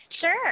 Sure